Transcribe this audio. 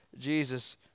Jesus